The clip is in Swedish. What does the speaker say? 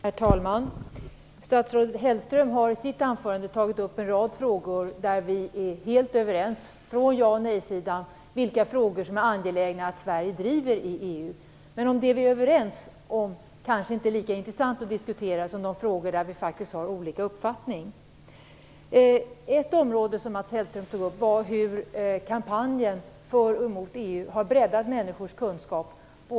Herr talman! Statsrådet Hellström har i sitt anförande tagit upp en rad frågor. Från ja och nejsidan är vi helt överens om flera frågor som är angelägna att Sverige driver i EU. Det som vi är överens om är kanske inte lika intressant att diskutera som de frågor som vi faktiskt har olika uppfattningar om. Ett område som Mats Hellström tog upp gällde hur kampanjen för och emot EU har breddat människors kunskap.